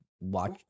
watch